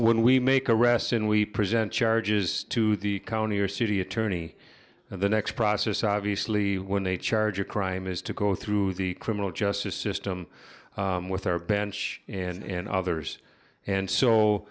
when we make arrests and we present charges to the county or city attorney and the next process obviously when they charge a crime is to go through the criminal justice system with our bench and others and so